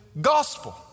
gospel